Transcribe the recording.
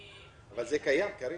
אבל זה קיים, קארין.